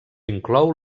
inclou